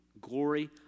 glory